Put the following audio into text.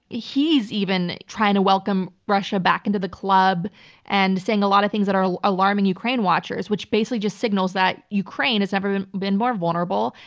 he's even trying to welcome russia back into the club and saying a lot of things that are alarming ukraine watchers, which basically just signals that ukraine has never been been more vulnerable.